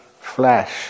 flash